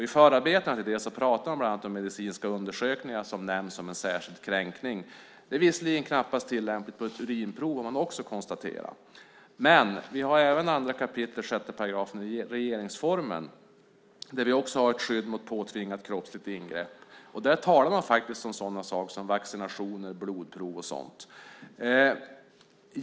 I förarbetena pratar man bland annat om medicinska undersökningar som nämns som en särskild kränkning. Det är visserligen knappast tillämpligt på ett urinprov; det har man också konstaterat. Men vi har även 2 kap. 6 § regeringsformen, där det finns en skrivning om skydd mot påtvingat kroppsligt ingrepp. Där talar man om sådana saker som vaccinationer, blodprov och sådant.